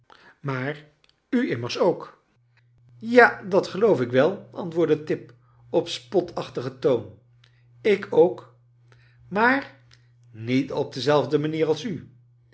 maar u immers ook ja dat geloof ik well antwoordde tip op spotachtigen toon ik ook maar niet op dezelfde manier als u